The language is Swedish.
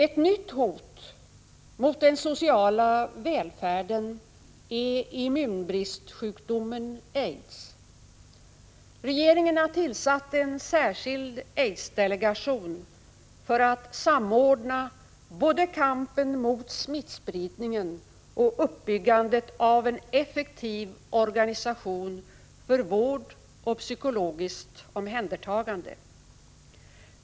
Ett nytt hot mot den sociala välfärden är immunbristsjukdomen aids. Regeringen har tillsatt en särskild aidsdelegation för att samordna både kampen mot smittspridningen och uppbyggandet av en effektiv organisation för vård och psykologiskt omhändertagande.